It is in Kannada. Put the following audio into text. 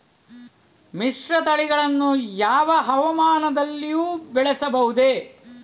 ಮಿಶ್ರತಳಿಗಳನ್ನು ಯಾವ ಹವಾಮಾನದಲ್ಲಿಯೂ ಬೆಳೆಸಬಹುದೇ?